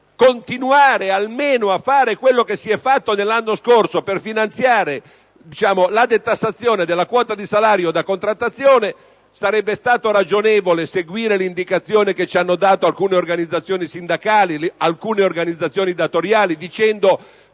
per continuare almeno a fare quanto si è fatto nello scorso anno per finanziare la detassazione della quota di salario da contrattazione. Sarebbe stato ragionevole seguire l'indicazione che ci hanno dato alcune organizzazioni sindacali e datoriali, le